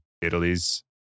Italy's